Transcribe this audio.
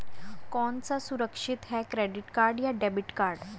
कौन सा सुरक्षित है क्रेडिट या डेबिट कार्ड?